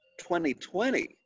2020